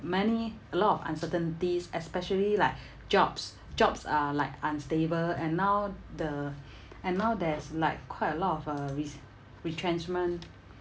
many a lot of uncertainties especially like jobs jobs are like unstable and now the and now there's like quite a lot of uh re~ retrenchment